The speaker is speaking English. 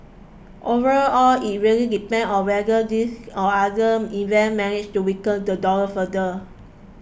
overall it really depends on whether these or other events manage to weaken the dollar further